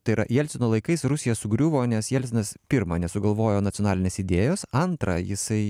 tai yra jelcino laikais rusija sugriuvo nes jelcinas pirma nesugalvojo nacionalinės idėjos antra jisai